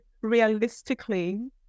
realistically